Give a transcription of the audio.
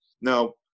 Now